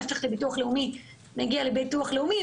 מה שצריך ללכת לביטוח לאומי מגיע לביטוח לאומי,